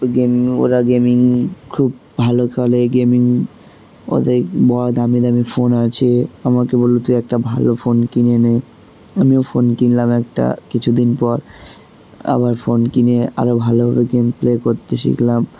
ওই গেম ওরা গেমিং খুব ভালো খেলে গেমিং ওদের দামি দামি ফোন আছে আমাকে বললো তুই একটা ভালো ফোন কিনে নে আমিও ফোন কিনলাম একটা কিছুদিন পর আবার ফোন কিনে আরও ভালোভাবে গেম প্লে করতে শিখলাম